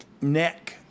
Neck